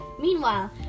Meanwhile